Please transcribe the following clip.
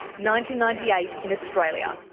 ninety ninety eight in australia.